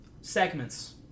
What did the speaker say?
segments